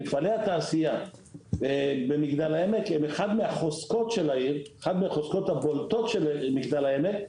מפעלי התעשייה במגדל העמק הם מהחוזקות הבולטות של מגדל העמק,